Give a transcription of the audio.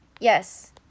yes